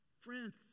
Friends